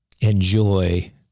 enjoy